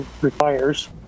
requires